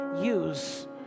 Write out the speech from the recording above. use